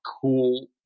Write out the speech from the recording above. cool